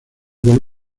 con